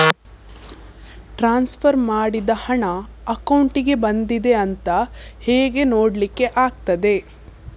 Transfer ಮಾಡಿದ ಹಣ ಅಕೌಂಟಿಗೆ ಬಂದಿದೆ ಅಂತ ಹೇಗೆ ನೋಡ್ಲಿಕ್ಕೆ ಆಗ್ತದೆ?